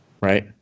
right